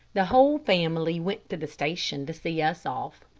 the whole family went to the station to see us off.